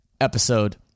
episode